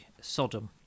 Sodom